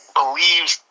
believes